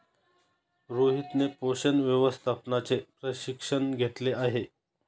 रोहितने पोषण व्यवस्थापनाचे प्रशिक्षण घेतले आहे